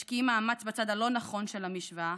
משקיעים מאמץ בצד הלא-נכון של המשוואה,